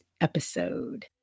episode